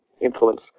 influence